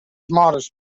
modest